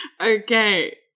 Okay